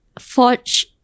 forge